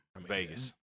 Vegas